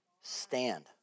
stand